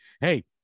hey